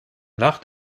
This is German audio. nach